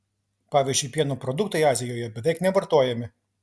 pavyzdžiui pieno produktai azijoje beveik nevartojami